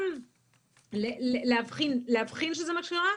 גם להבחין שזה מה שקרה,